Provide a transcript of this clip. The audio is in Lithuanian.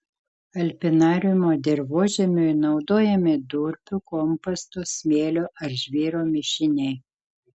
alpinariumo dirvožemiui naudojami durpių komposto smėlio ar žvyro mišiniai